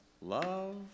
love